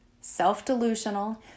self-delusional